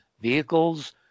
vehicles